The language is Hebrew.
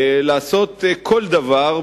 לעשות כל דבר,